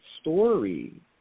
story